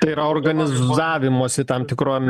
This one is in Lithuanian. tai yra organizavimosi tam tikrom